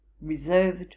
reserved